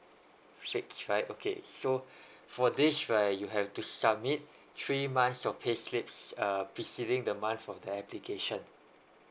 six right okay so for this right you have to submit three months your pay slips err preceding the month from the application